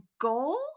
goal